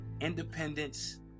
Independence